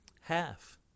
Half